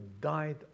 died